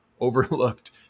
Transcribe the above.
overlooked